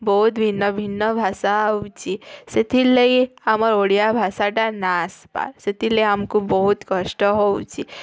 ବହୁତ୍ ଭିନ୍ନ ଭିନ୍ନ ଭାଷା ହେଉଛି ସେଥିର୍ ଲାଗି ଆମର୍ ଓଡ଼ିଆ ଭାଷାଟା ନା ଆସ୍ ପାର୍ ସେଥି ଲାଗି ଆମ୍କୁ ବହୁତ୍ କଷ୍ଟ ହେଉଛି